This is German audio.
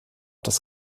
das